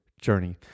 journey